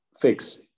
fix